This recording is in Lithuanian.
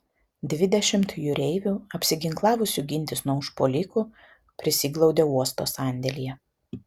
dvidešimt jūreivių apsiginklavusių gintis nuo užpuolikų prisiglaudė uosto sandėlyje